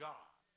God